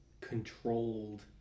controlled